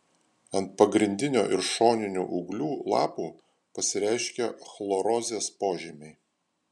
ant pagrindinio ir šoninių ūglių lapų pasireiškia chlorozės požymiai